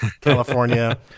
California